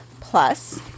plus